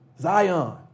Zion